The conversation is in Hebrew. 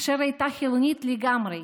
אשר הייתה חילונית לגמרי,